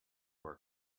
our